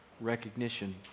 Recognition